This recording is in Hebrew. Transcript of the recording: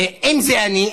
תוסיף את קולך.